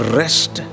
rest